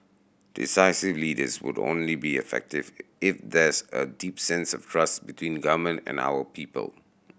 decisive leaders would only be effective if there's a deep sense of trust between government and our people